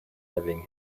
having